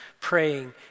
Praying